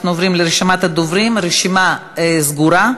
אנחנו עוברים לרשימת הדוברים, הרשימה סגורה.